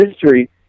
history